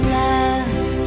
love